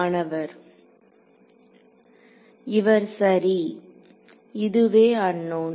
மாணவர் இவர் சரி இதுவே அன்னோன்